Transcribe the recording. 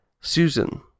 Susan